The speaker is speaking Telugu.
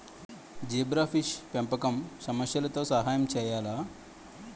జీబ్రాఫిష్ పెంపకం సమస్యలతో సహాయం చేయాలా?